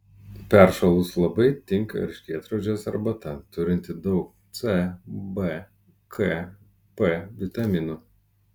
peršalus labai tinka erškėtrožės arbata turinti daug c b k p vitaminų